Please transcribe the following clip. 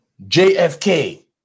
JFK